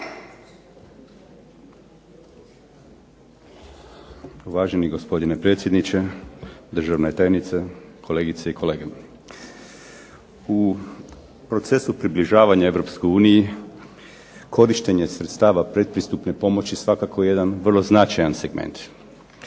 Uvaženi gospodine predsjedniče, državna tajnice, kolegice i kolege. U procesu približavanja Europskoj uniji korištenje sredstava predpristupne pomoći svakako je jedan značajan segment.